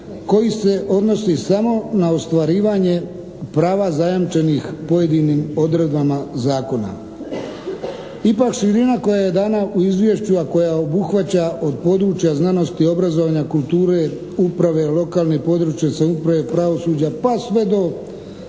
koji se odnosi samo na ostvarivanje prava zajamčenih pojedinim odredbama zakona. Ipak širina koja je dana u izvješću a koja obuhvaća od područja znanosti, obrazovanja, kulture, uprave, lokalne i područne samouprave, pravosuđa pa sve do